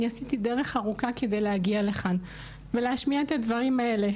אני עשיתי דרך ארוכה כדי להגיע לכאן ולהשמיע את הדברים האלה,